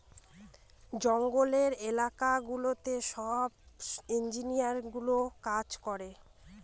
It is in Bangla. জঙ্গলের এলাকা গুলোতে সব ইঞ্জিনিয়ারগুলো কাজ করে